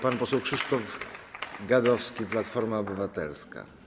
Pan poseł Krzysztof Gadowski, Platforma Obywatelska.